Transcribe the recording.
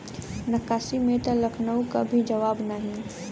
नक्काशी में त लखनऊ क भी जवाब नाही